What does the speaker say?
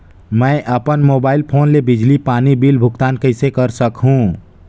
मैं अपन mobile phone ले बिजली पानी बिल भुगतान कइसे कर सकहुं?